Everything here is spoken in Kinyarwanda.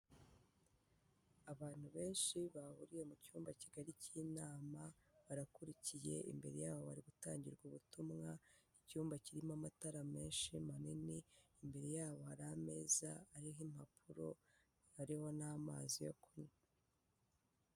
Abantu benshi bahuriye mu cyumba kigari cy'inama barakurikiye, imbere yabo hari gutangirwa ubutumwa, icyumba kirimo amatara menshi manini, imbere yabo hari ameza ariho impapuro, ariho n'amazi yo kunywa.